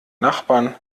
nachbarn